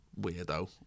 weirdo